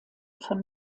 von